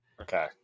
Okay